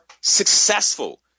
successful